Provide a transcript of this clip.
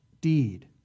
deed